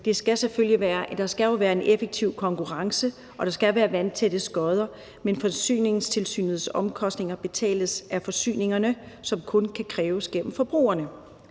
Der skal jo være en effektiv konkurrence, og der skal være vandtætte skotter, men Forsyningstilsynets omkostninger betales af forsyningsselskaberne, og det sker gennem